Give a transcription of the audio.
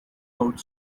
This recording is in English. court